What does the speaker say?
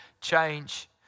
change